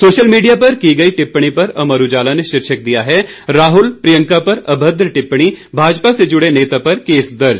social media पर की गई टिप्पणी पर अमर उजाला ने शीर्षक दिया है राहुल प्रियंका पर अभद्र टिप्पणी भाजपा से जुड़े नेता पर केस दर्ज